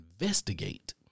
investigate